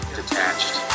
detached